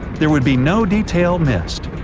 there would be no detail missed.